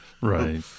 right